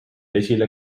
esile